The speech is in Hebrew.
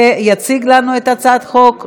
יציג לנו את הצעת החוק,